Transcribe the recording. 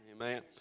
Amen